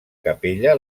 capella